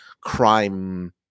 crime